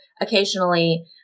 occasionally